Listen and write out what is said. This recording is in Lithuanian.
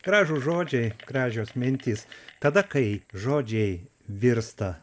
gražūs žodžiai gražios mintys tada kai žodžiai virsta